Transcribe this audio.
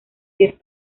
diez